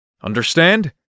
Understand